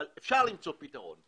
אפשר למצוא פתרון.